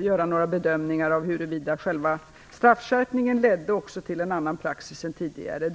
göra några bedömningar. Straffskärpningen ledde också till en annan praxis än tidigare.